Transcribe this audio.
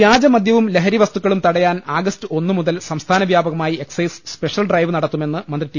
വൃാജമദൃവും ലഹരി വസ്തുക്കളും തടയാൻ ആഗസ്റ്റ് ഒന്നു മുതൽ സംസ്ഥാന വ്യാപകമായി എക്സൈസ് സ്പെഷ്യൽ ഡ്രൈവ് നടത്തുമെന്ന് മന്ത്രി ടി